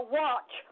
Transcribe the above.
watch